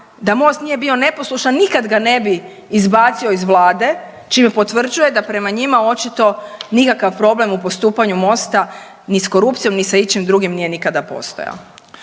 da Most nije bio neposlušan nikad ga ne bi izbacio iz vlade čime potvrđuje da prema njima očito nikakav problem u postupanju Mosta ni s korupcijom, ni sa ičim drugim nije nikada postojao.